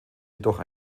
jedoch